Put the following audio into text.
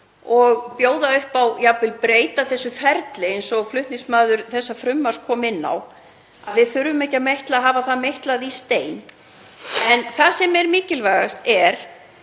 og bjóða upp á að jafnvel breyta þessu ferli, eins og flutningsmaður þessa frumvarps kom inn á, við þurfum ekki að hafa það meitlað í stein. En það sem er mikilvægast,